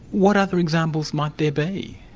what other examples might there be?